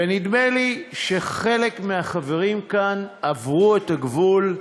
נדמה לי שחלק מהחברים כאן עברו את הגבול,